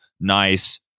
nice